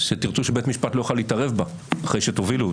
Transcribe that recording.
שתרצו שבית משפט לא יוכל להתערב בה אחרי שתובילו אותה.